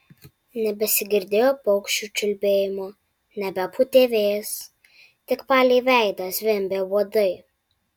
nebesigirdėjo paukščių čiulbėjimo nebepūtė vėjas tik palei veidą zvimbė uodai